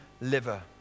liver